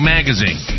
Magazine